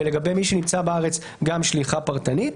ולגבי מי שנמצא בארץ גם שליחה פרטנית.